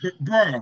Bro